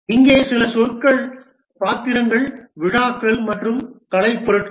இங்கே சில சொற்கள் பாத்திரங்கள் விழாக்கள் மற்றும் கலைப்பொருட்கள்